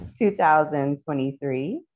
2023